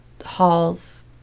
halls